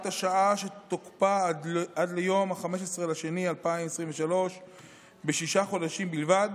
השעה שתוקפה עד ליום 15 בפברואר 2023 בשישה חודשים בלבד